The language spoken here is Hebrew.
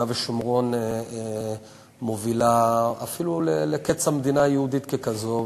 ושומרון מובילה אפילו לקץ המדינה היהודית ככזאת,